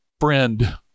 friend